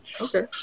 okay